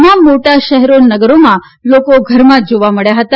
તમામ મોટોા શહેરો નગરોમાં લોકો ઘરમાં જ જોવા મળ્યા હતા